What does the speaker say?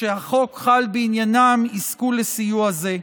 שהחוק חל בעניינם יזכו לסיוע זה.